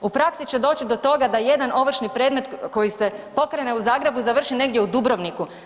U praksi će doći do toga da jedan ovršni predmet koji se pokrene u Zagrebu, završi negdje u Dubrovniku.